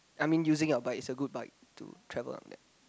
I mean using your bike is a good bike to travel